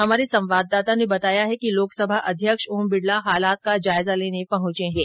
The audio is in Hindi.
हमारे संवाददाता ने बताया है कि लोकसभा अध्यक्ष ओम बिडला हालात का जायजा लेने पहुंचेंगे